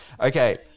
Okay